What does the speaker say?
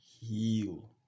heal